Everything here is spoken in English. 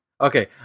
Okay